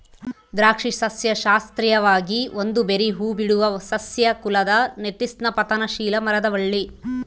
ದ್ರಾಕ್ಷಿ ಸಸ್ಯಶಾಸ್ತ್ರೀಯವಾಗಿ ಒಂದು ಬೆರ್ರೀ ಹೂಬಿಡುವ ಸಸ್ಯ ಕುಲದ ವಿಟಿಸ್ನ ಪತನಶೀಲ ಮರದ ಬಳ್ಳಿ